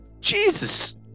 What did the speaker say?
Jesus